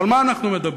אז על מה אנחנו מדברים?